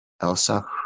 Elsa